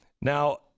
Now